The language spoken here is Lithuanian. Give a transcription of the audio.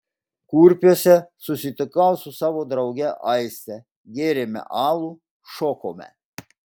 kurpiuose susitikau su savo drauge aiste gėrėme alų šokome